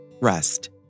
Rest